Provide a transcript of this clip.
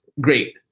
Great